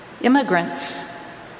immigrants